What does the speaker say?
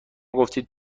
گفتید